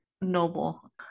noble